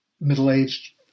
middle-aged